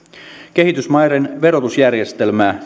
kehitysmaiden verotusjärjestelmää